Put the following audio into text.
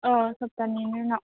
औ सबथानैनि उनाव